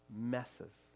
messes